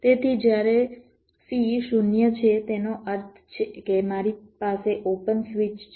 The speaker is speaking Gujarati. તેથી જ્યારે C 0 છે તેનો અર્થ એ છે કે મારી પાસે ઓપન સ્વિચ છે